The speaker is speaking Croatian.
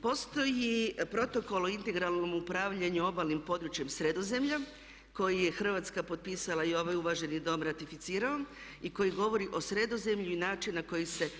Postoji protokol o integralnom upravljanju obalnim područjem Sredozemlja koji je Hrvatska potpisala i ovaj uvaženi Dom ratificirao i koji govori o Sredozemlju i načinu na koji se